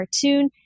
cartoon